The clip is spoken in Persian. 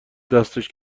دستش